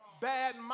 bad